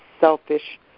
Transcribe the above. selfish